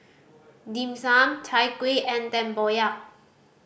Dim Sum Chai Kuih and tempoyak